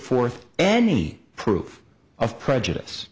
forth any proof of prejudice